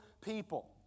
people